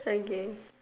okay